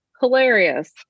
Hilarious